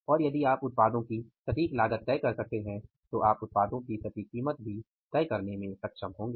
और यदि आप उत्पादों की सटीक लागत तय कर सकते हैं तो आप उत्पादों की सटीक कीमत भी तय करने में सक्षम होंगे